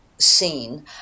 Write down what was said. scene